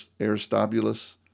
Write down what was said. Aristobulus